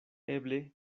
eble